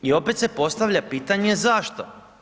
I opet se postavlja pitanje zašto.